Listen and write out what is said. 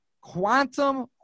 quantum